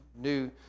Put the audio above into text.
new